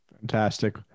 Fantastic